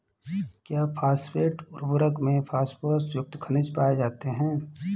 क्या फॉस्फेट उर्वरक में फास्फोरस युक्त खनिज पाए जाते हैं?